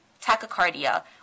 tachycardia